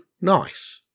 nice